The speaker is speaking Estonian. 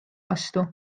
vastu